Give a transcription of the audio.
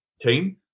team